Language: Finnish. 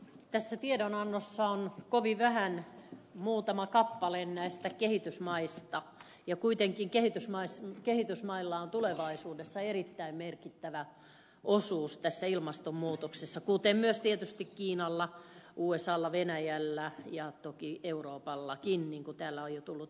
tässä tiedonannossa on kovin vähän muutama kappale näistä kehitysmaista ja kuitenkin kehitysmailla on tulevaisuudessa erittäin merkittävä osuus tässä ilmastonmuutoksessa kuten myös tietysti kiinalla usalla venäjällä ja toki euroopallakin niin kuin täällä on jo tullut esille